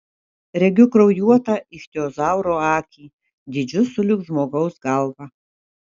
regiu kraujuotą ichtiozauro akį dydžiu sulig žmogaus galva